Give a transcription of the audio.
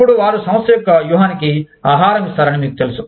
ఇప్పుడు వారు సంస్థ యొక్క వ్యూహానికి ఆహారం ఇస్తారని మీకు తెలుసు